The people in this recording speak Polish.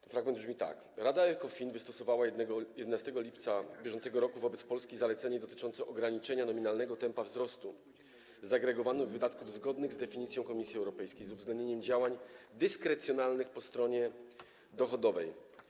Ten fragment brzmi tak: Rada Ecofin wystosowała 11 lipca br. wobec Polski zalecenie dotyczące ograniczenia nominalnego tempa wzrostu zagregowanych wydatków zgodnych z definicją Komisji Europejskiej z uwzględnieniem działań dyskrecjonalnych po stronie dochodowej.